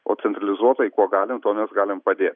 o centralizuotai kuo galim tuo mes galim padėt